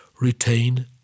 retain